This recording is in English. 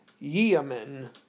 Yeomen